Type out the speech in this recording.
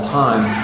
time